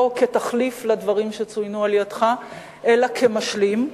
לא כתחליף לדברים שציינת אלא כמשלים.